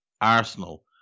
Arsenal